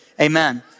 amen